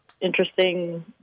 interesting